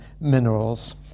minerals